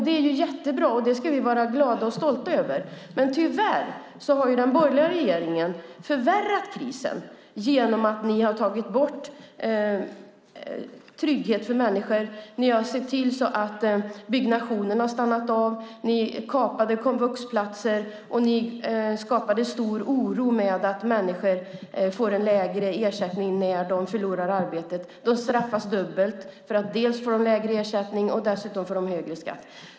Det är jättebra, och det ska vi vara glada och stolta över. Men tyvärr har den borgerliga regeringen förvärrat krisen genom att ni har tagit bort trygghet för människor. Ni har sett till att byggnationen har stannat av, ni kapade antalet komvuxplatser och ni skapade stor oro genom att människor får en lägre ersättning när de förlorar arbetet. De straffas dubbelt. De får lägre ersättning, och dessutom får de högre skatt.